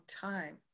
time